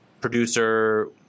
producer